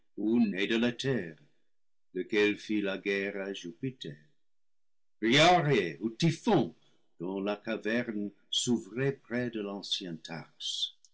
fit la guerre à jupiter briarée outiphon dont la caverne s'ouvrait près de l'ancienne